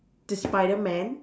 the spider man